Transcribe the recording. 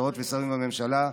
לשרות ושרים בממשלה,